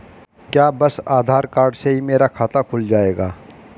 क्या बस आधार कार्ड से ही मेरा खाता खुल जाएगा?